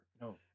No